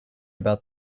about